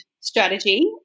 strategy